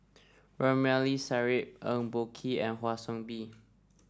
Ramli Sarip Eng Boh Kee and Kwa Soon Bee